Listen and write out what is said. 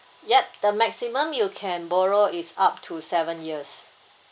yup the maximum you can borrow is up to seven years